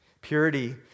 Purity